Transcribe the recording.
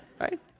right